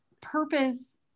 purpose